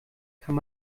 kann